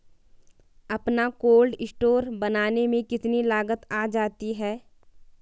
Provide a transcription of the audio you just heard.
अपना cold store बनाने में कितनी लागत आ जाती है?